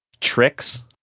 tricks